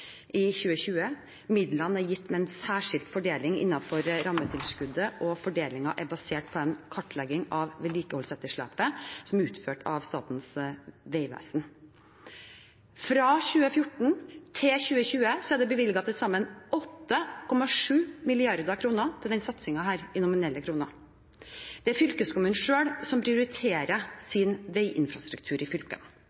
i 2020. Midlene er gitt med en særskilt fordeling innenfor rammetilskuddet, og fordelingen er basert på en kartlegging av vedlikeholdsetterslepet som er utført av Statens vegvesen. Fra 2014 til 2020 er det bevilget til sammen 8,7 mrd. kr til denne satsingen, i nominelle kroner. Det er fylkeskommunene selv som prioriterer